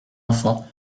enfant